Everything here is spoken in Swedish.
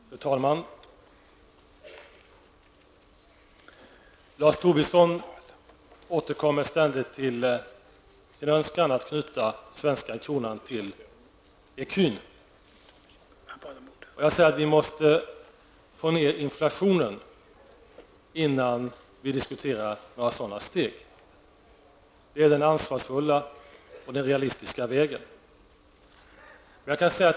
Fru talman! Lars Tobisson återkommer ständigt till sin önskan att knyta den svenska kronan till ecun. Jag säger att vi måste få ned inflationen innan vi diskuterar några sådana steg. Det är den ansvarsfulla och realistiska vägen att gå.